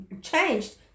changed